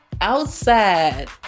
outside